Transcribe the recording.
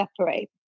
separate